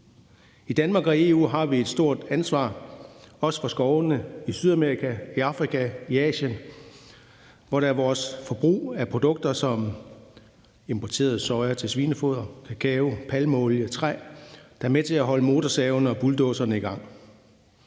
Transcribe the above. I Danmark og EU har vi et stort ansvar også for skovene i Sydamerika, i Afrika og i Asien, hvor det er vores forbrug af produkter som importeret soja til svinefoder, kakao, palmeolie og træ, der er med til at holde motorsavene og bulldozerne i gang.